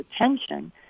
attention